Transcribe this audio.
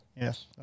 Yes